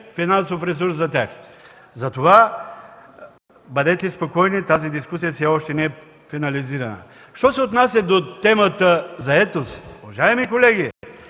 финансов ресурс за тях, и затова, бъдете спокойни, тази дискусия все още не е финализирана. Що се отнася до темата „заетост”. Уважаеми колеги,